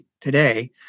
today